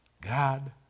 God